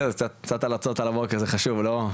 בסדר, קצת הלצות על הבוקר זה חשוב, לא?